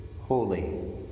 holy